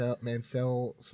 Mansell